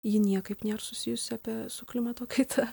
ji niekaip nėr susijusi su klimato kaita